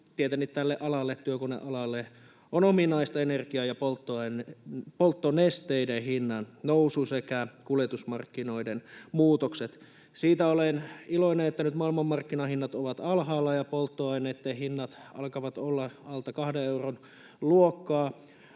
kun tälle alalle, työkonealalla, on ominaista energian ja polttonesteiden hinnannousu sekä kuljetusmarkkinoiden muutokset. Siitä olen iloinen, että nyt maailmanmarkkinahinnat ovat alhaalla ja polttoaineitten hinnat alkavat olla alta kahden euron luokkaa.